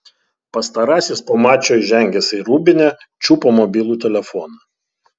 pastarasis po mačo įžengęs į rūbinę čiupo mobilų telefoną